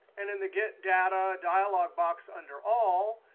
and in the get data dialog box under all,